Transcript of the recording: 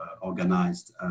organized